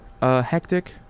hectic